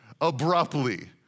abruptly